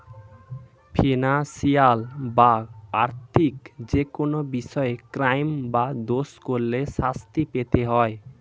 financial বা আর্থিক যেকোনো বিষয়ে ক্রাইম বা দোষ করলে শাস্তি পেতে হয়